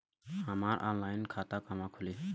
हमार ऑनलाइन खाता कहवा खुली?